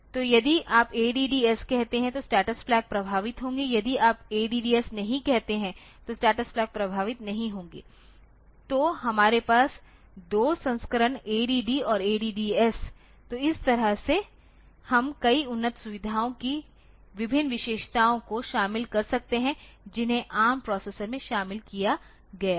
तो यदि आप ADD S कहते हैं तो स्टेटस फ्लैग प्रभावित होंगे यदि आप ADD S नहीं कहते हैं तो स्टेटस फ्लैग प्रभावित नहीं होंगे तो हमारे पास है 2 संस्करण ADD और ADD S तो इस तरह से हम कई उन्नत सुविधाओं की विभिन्न विशेषताओं को शामिल कर सकते हैं जिन्हें ARM प्रोसेसर में शामिल किया गया है